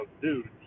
dudes